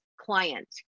client